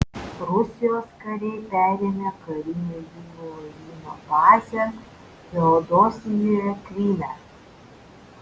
rusijos kariai perėmė karinio jūrų laivyno bazę feodosijoje kryme